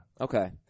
Okay